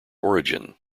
origin